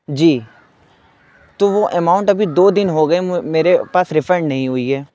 جی تو وہ اماؤنٹ ابھی دو دن ہو گئے میرے پاس ریفنڈ نہیں ہوئی ہے